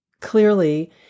clearly